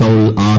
Kaul R